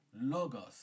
logos